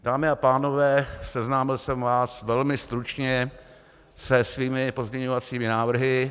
Dámy a pánové, seznámil jsem vás velmi stručně se svými pozměňovacími návrhy.